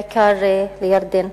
בעיקר בירדן.